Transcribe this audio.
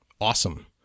awesome